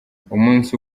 umunsi